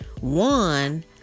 one